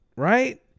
right